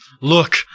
Look